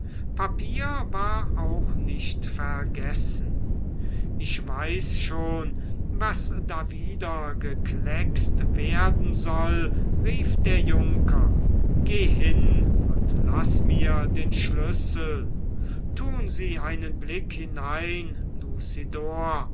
papier war auch nicht vergessen ich weiß schon was da wieder gekleckst werden soll rief der junker geh hin und laß mir den schlüssel tun sie einen blick hinein